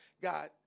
God